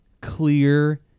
clear